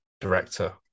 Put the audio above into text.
director